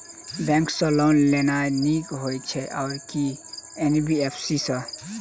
Bank सँ loan लेनाय नीक होइ छै आ की एन.बी.एफ.सी सँ?